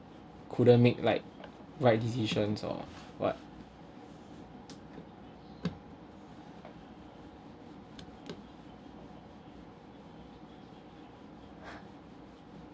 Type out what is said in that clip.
couldn't make like right decisions or what